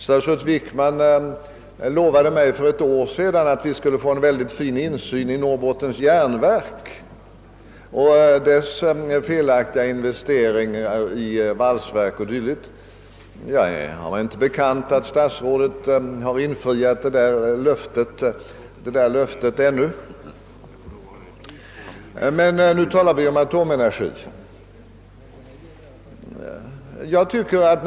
Statsrådet Wickman lovade mig för ett år sedan att vi skulle få en väldigt fin insyn i Norrbottens järnverk. Det löftet avgavs med anledning av bolagets felaktiga investeringar i en valsverksanläggning men jag har mig inte bekant att statsrådet ännu har infriat detta löfte. Detta var emellertid en parentes, nu är det atomenergibolaget vi diskuterar.